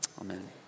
Amen